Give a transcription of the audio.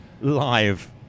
live